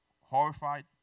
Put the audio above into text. horrified